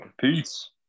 Peace